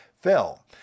fell